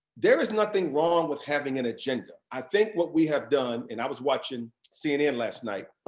there is nothing wrong with having an agenda. i think what we have done, and i was watching cnn last night,